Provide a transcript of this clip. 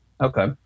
Okay